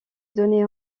donné